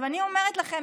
אני אומרת לכם,